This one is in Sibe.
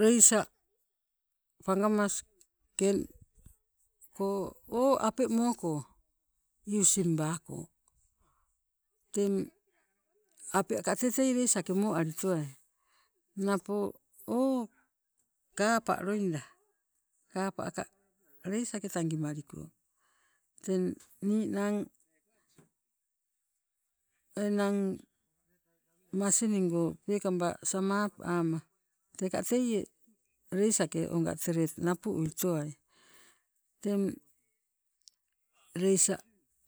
Leisa pangamaske o ape moko using bako, teng ape aka tee tei leisake moali towai. Napo o kapa loida kapa ka leisake tagimaliko, teng ninang enang masiningo peekaba samapu ama teka teie leisake oga tret napu uitowai, teng leisa